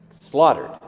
slaughtered